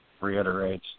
reiterates